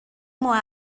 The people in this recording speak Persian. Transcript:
ماه